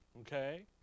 Okay